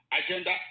agenda